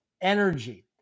energy